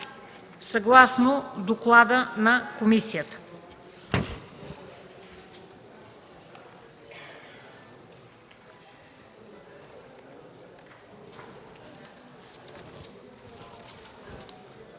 съгласно доклада на комисията.